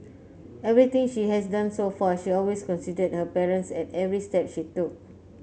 everything she has done so far she always considered her parents at every step she took